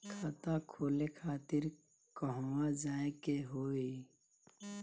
खाता खोले खातिर कहवा जाए के होइ?